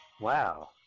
Wow